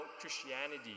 Christianity